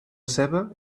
ceba